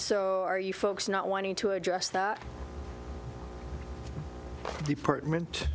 so are you folks not wanting to address that department